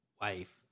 wife